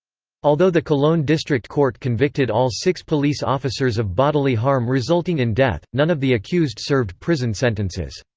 although the cologne district court convicted all six police officers of bodily harm resulting in death, none of the accused served prison sentences.